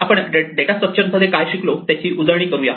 आपण data structure मध्ये काय शिकलो त्याची उजळणी करूया